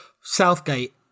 Southgate